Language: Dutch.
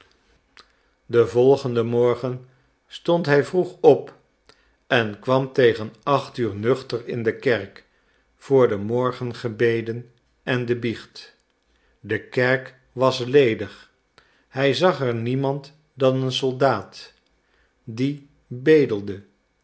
den volgenden morgen stond hij vroeg op en kwam tegen acht uur nuchter in de kerk voor de morgengebeden en de biecht de kerk was ledig hij zag er niemand dan een soldaat die bedelde